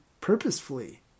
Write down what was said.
purposefully